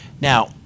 Now